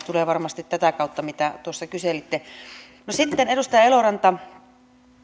tulee varmasti tätä kautta mitä tuossa kyselitte sitten edustajat eloranta